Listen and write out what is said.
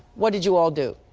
what did you all do?